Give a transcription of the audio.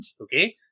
okay